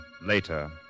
later